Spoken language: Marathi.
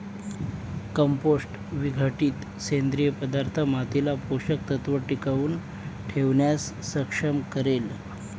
कंपोस्ट विघटित सेंद्रिय पदार्थ मातीला पोषक तत्व टिकवून ठेवण्यास सक्षम करेल